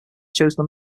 chosen